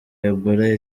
ebola